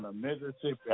Mississippi